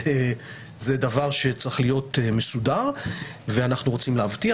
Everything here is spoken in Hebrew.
זה דבר שצריך להיות מסודר ואנחנו רוצים להבטיח